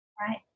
Right